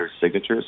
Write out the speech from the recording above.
signatures